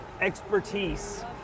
expertise